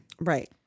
Right